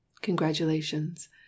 Congratulations